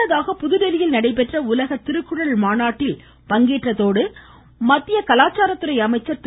முன்னதாக புதுதில்லியில் நடைபெற்ற உலக திருக்குறள் மாநாட்டில் பங்கேற்றதோடு மத்திய கலாச்சாரத்துறை அமைச்சர் திரு